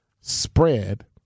spread